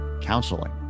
counseling